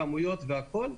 כמויות והכול.